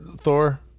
Thor